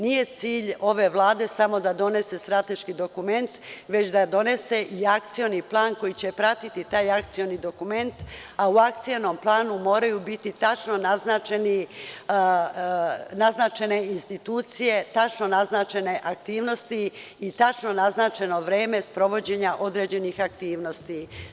Nije cilj ove Vlade samo da donese strateški dokument, već da donese i akcioni plan koji će pratiti taj akcioni dokument, a u akcionom planu moraju biti tačno naznačene institucije, tačno naznačene aktivnosti i tačno naznačeno vreme sprovođenja određenih aktivnosti.